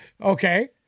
Okay